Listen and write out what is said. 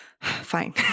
fine